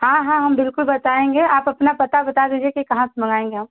हाँ हाँ हाँ हम बिल्कुल बताएँगे आप अपना पता बता दीजिए कि कहाँ से मंगाएँगे हम